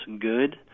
good